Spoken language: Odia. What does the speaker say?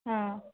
ହଁ